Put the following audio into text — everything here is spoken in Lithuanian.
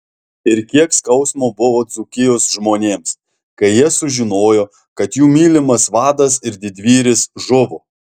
ir kiek skausmo buvo dzūkijos žmonėms kai jie sužinojo kad jų mylimas vadas ir didvyris žuvo